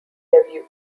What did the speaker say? debut